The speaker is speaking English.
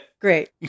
Great